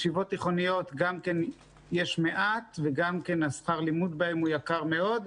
ישיבות תיכוניות גם יש מעט וגם שכר הלימוד בהן יקר מאוד,